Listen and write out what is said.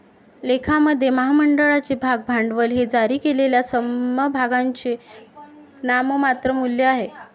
लेखामध्ये, महामंडळाचे भाग भांडवल हे जारी केलेल्या समभागांचे नाममात्र मूल्य आहे